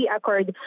Accord